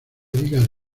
digas